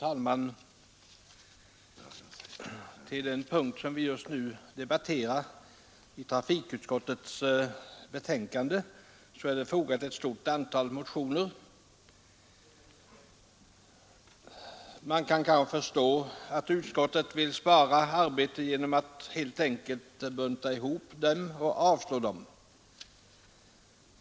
Herr talman! Under den punkt i trafikutskottets betänkande som vi just nu debatterar behandlas ett stort antal motioner. Man kan kanske förstå att utskottet vill spara arbete genom att helt enkelt bunta ihop dem och avstyrka dem.